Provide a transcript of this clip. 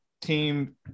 team